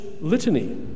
litany